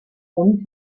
und